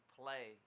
play